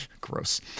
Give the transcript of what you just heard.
Gross